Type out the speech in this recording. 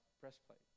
breastplate